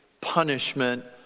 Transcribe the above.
punishment